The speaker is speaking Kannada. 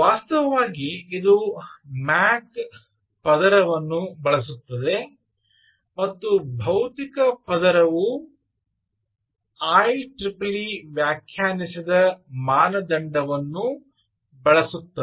ವಾಸ್ತವವಾಗಿ ಇದು ಮ್ಯಾಕ್ ಪದರವನ್ನು ಬಳಸುತ್ತದೆ ಮತ್ತು ಭೌತಿಕ ಪದರವು ಐಇಇಇ ವ್ಯಾಖ್ಯಾನಿಸಿದ ಮಾನದಂಡವನ್ನು ಬಳಸುತ್ತದೆ